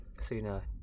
sooner